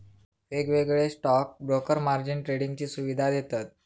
वेगवेगळे stock broker margin ट्रेडिंगची सुवीधा देतत